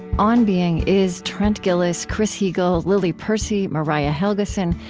on being is trent gilliss, chris heagle, lily percy, mariah helgeson,